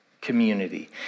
community